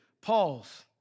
Pause